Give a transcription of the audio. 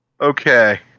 Okay